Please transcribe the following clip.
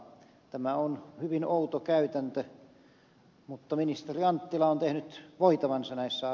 tämä on hyvin outo käytäntö mutta ministeri anttila on tehnyt voitavansa näissä